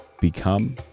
become